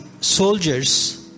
soldiers